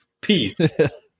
peace